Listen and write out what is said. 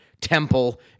Temple